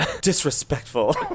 disrespectful